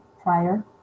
prior